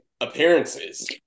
appearances